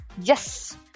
yes